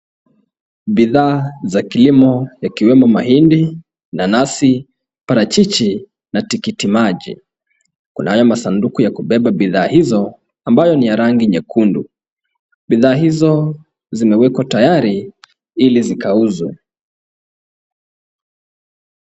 Bidhaa za kilimo yakiwemo mahindi, nanasi, parachichi na tikiti maji. Kunayo masanduku ya kubeba bidhaa hizo ambayo ni ya rangi nyekundu. Bidhaa hizo zinawekwa tayari ili zikauzwe.